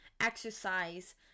exercise